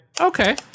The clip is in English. Okay